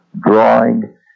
drawing